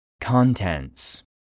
Contents